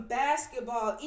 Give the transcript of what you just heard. basketball